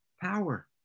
Power